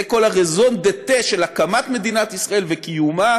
זה כל ה-raison d'etre של הקמת מדינת ישראל וקיומה.